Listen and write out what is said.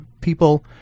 people